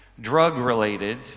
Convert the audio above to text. drug-related